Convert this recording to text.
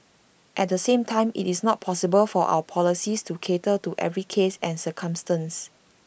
at the same time IT is not possible for our policies to cater to every case and circumstance